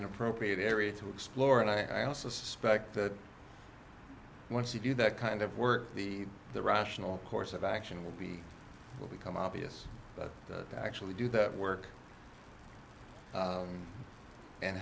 an appropriate area to explore and i also suspect that once you do that kind of work the the rational course of action will be will become obvious but actually do that work